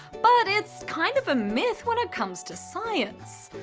but it's kind of a myth when it comes to science.